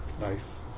Nice